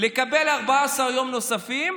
לקבל 14 יום נוספים,